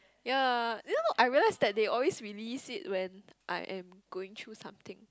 ya you know I realise that they always release it when I'm going through something